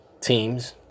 teams